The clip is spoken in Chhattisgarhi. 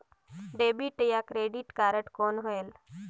डेबिट या क्रेडिट कारड कौन होएल?